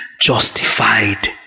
justified